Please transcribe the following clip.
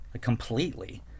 completely